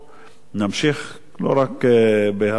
נמשיך לא רק בהצעת חוק,